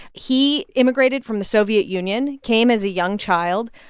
he immigrated from the soviet union, came as a young child,